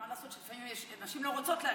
לא תמיד, מה לעשות שלפעמים נשים לא רוצות להגיע.